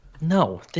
No